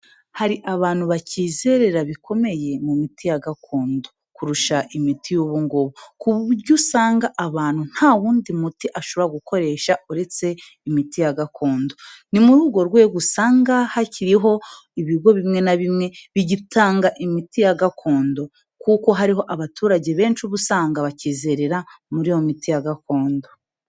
Hari abantu bakizerera bikomeye mu miti ya gakondo kurusha imiti y'ubu ngubu. Ku buryo usanga abantu nta wundi muti ashobora gukoresha uretse imiti ya gakondo. Ni muri urwo rwego usanga hakiriho ibigo bimwe na bimwe bigitanga imiti ya gakondo, kuko hariho abaturage benshi uba usanga bakizerera muri iyo miti ya gakondo.